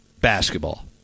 basketball